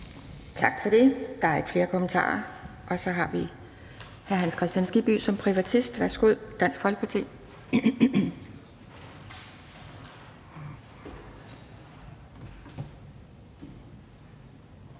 Tak for det. Der er ikke flere kommentarer. Så har vi hr. Hans Kristian Skibby som privatist. Værsgo. Kl.